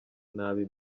nabi